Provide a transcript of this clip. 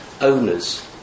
Owners